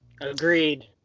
Agreed